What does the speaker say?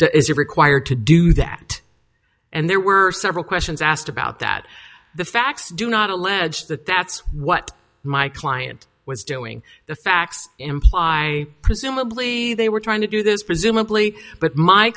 to is you're required to do that and there were several questions asked about that the facts do not allege that that's what my client was doing the facts imply presumably they were trying to do th